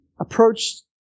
approached